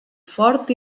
fort